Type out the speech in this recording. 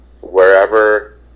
wherever